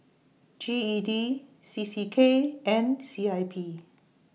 G E D C C K and C I P